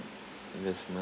investment